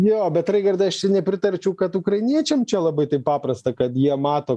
jo bet raigardai aš nepritarčiau kad ukrainiečiam čia labai taip paprasta kad jie mato